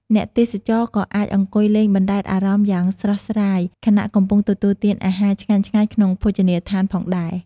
អ្នកទេសចរក៏អាចអង្គុយលេងបណ្ដែតអារម្មណ៍យ៉ាងស្រស់ស្រាយ ខណៈកំពុងទទួលទានអាហារឆ្ងាញ់ៗក្នុងភោជនីយដ្ឋានផងដែរ។